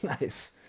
Nice